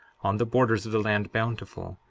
on the borders of the land bountiful,